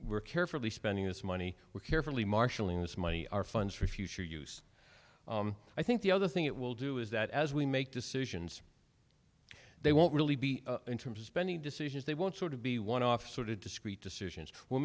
we're carefully spending this money we're carefully marshalling this money our funds for future use i think the other thing it will do is that as we make decisions they won't really be in terms of spending decisions they won't sort of be one off sort of discrete decisions will